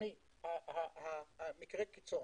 מקרה הקיצון.